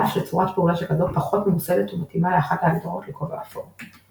על אף שצורת פעולה שכזו פחות ממוסדת ומתאימה לאחת ההגדרות ל"כובע אפור".